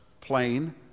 plain